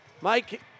Mike